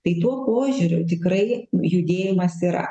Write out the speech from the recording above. tai tuo požiūriu tikrai judėjimas yra